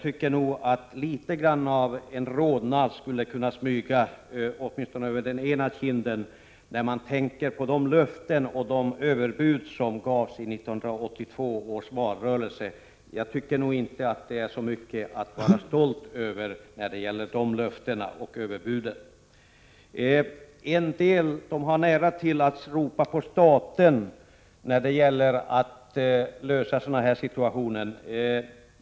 Men litet grand av en rodnad borde nog smyga sig över åtminstone den ena kinden när de tänker på de löften och de överbud som de gav i 1982 års valrörelse. Dessa löften och överbud är ingenting att vara stolt över. För en del ligger det nära till hands att ropa på staten när det gäller att komma till rätta med sådana här situationer.